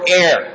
air